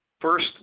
First